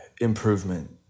improvement